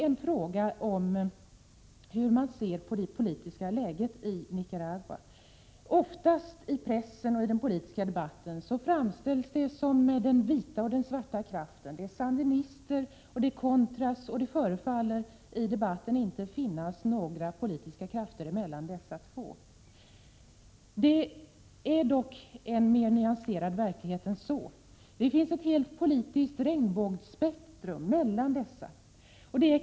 Det är viktigt hur man ser på det politiska läget i Nicaragua. Situationen framställs oftast i pressen och i den politiska debatten i termer av vita och svarta krafter, sandinister och contras, och det förefaller av debatten att döma inte finnas några politiska krafter emellan dessa två. Verkligheten är dock mera nyanserad än så. Det finns ett helt politiskt regnbågsspektrum mellan dessa läger.